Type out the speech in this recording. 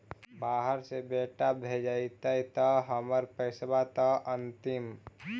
बाहर से बेटा भेजतय त हमर पैसाबा त अंतिम?